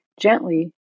gently